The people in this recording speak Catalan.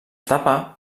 tapa